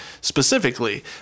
specifically